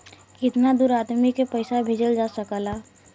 कितना दूर आदमी के पैसा भेजल जा सकला?